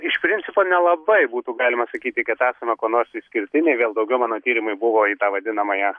iš principo nelabai būtų galima sakyti kad esame kuo nors išskirtiniai vėl daugiau mano tyrimai buvo į tą vadinamąją